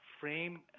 frame